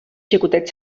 xicotet